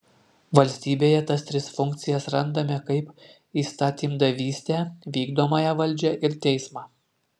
valstybėje tas tris funkcijas randame kaip įstatymdavystę vykdomąją valdžią ir teismą